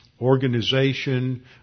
organization